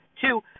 Two